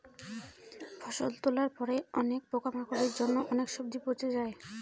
ফসল তোলার পরে অনেক পোকামাকড়ের জন্য অনেক সবজি পচে যায়